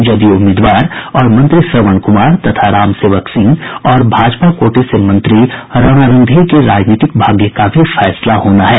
जदयू उम्मीदवार और मंत्री श्रवण कुमार तथा रामसेवक सिंह और भाजपा कोटे से मंत्री राणा रणधीर के राजनीतिक भाग्य का भी फैसला होना है